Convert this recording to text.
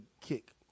kick